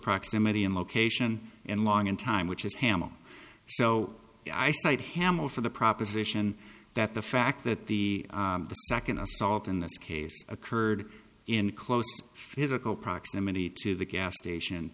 proximity in location and long in time which is hamil so i cite hamel for the proposition that the fact that the second assault in this case occurred in close physical proximity to the gas station